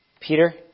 Peter